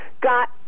got